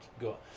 Go